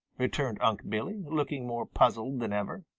returned unc' billy, looking more puzzled than ever.